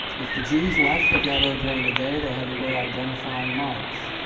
if the jews left the ghetto during the day, they had to wear identifying marks,